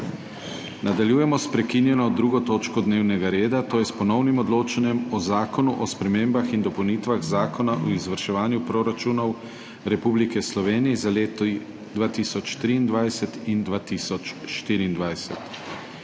Nadaljujemo s prekinjeno 2. točko dnevnega reda - Ponovno odločanje o Zakonu o spremembah in dopolnitvah Zakona o izvrševanju proračunov Republike Slovenije za leto 2023 in 2024